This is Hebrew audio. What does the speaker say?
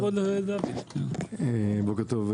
בוקר טוב,